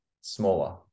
smaller